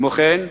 כמו כן,